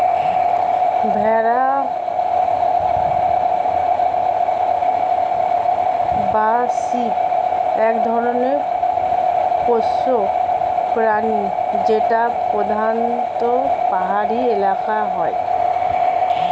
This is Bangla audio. ভেড়া বা শিপ এক ধরনের পোষ্য প্রাণী যেটা প্রধানত পাহাড়ি এলাকায় হয়